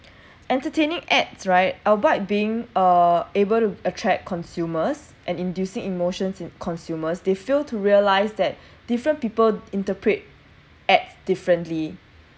entertaining ads right albeit being uh able to attract consumers and inducing emotions in consumers they fail to realize that different people interpret ad differently